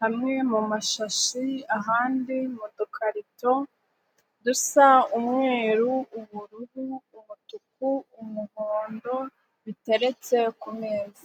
hamwe mu mashashi, ahandi mu dukarito dusa umweru, ubururu, umutuku, umuhondo biteretse ku meza.